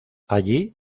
allí